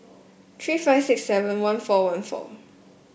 three five six seven one four one four